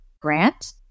grant